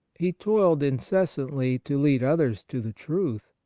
he toiled incessantly to lead others to the truth.